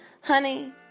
Honey